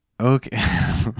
Okay